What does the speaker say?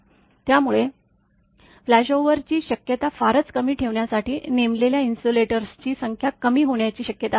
त्यामुळे फ्लॅशओव्हरची शक्यता फारच कमी ठेवण्यासाठी नेमलेल्या इन्सुलेटर्सची संख्या कमी होण्याची शक्यता आहे